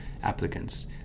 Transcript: Applicants